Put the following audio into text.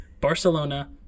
Barcelona